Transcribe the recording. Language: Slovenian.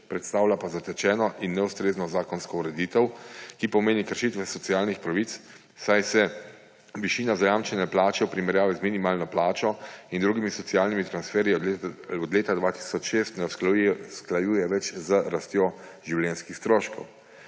predstavlja pa zatečeno in neustrezno zakonsko ureditev, ki pomeni kršitve socialnih pravic, saj se višina zajamčene plače v primerjavi z minimalno plačo in drugimi socialnimi transferji od leta 2006 ne usklajuje več z rastjo življenjskih stroškov.